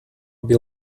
bin